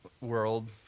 world